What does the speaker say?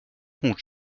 fond